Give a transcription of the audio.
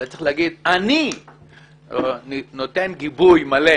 אלא צריך להגיד "אני נותן גיבוי מלא".